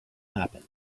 happen